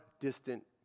distant